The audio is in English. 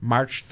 March